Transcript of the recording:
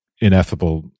ineffable